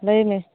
ᱞᱟᱹᱭ ᱢᱮ